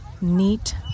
neat